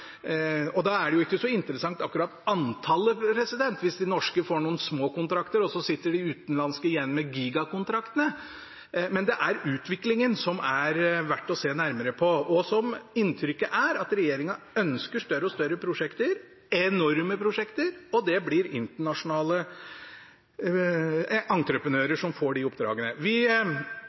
Da er jo ikke akkurat antallet så interessant, hvis de norske får noen små kontrakter, og så sitter de utenlandske igjen med gigakontraktene, men det er utviklingen det er verdt å se nærmere på. Inntrykket er at regjeringen ønsker større og større prosjekter, enorme prosjekter, og det blir internasjonale entreprenører som får de oppdragene.